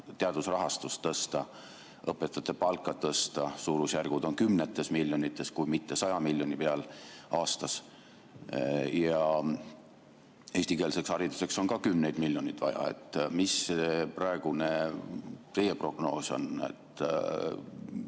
teadusrahastust tõsta, õpetajate palka tõsta, suurusjärgud on kümnetes miljonites, kui mitte 100 miljoni peal aastas ja eestikeelseks hariduseks on ka kümneid miljoneid vaja. Mis teie praegune prognoos on?